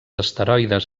esteroides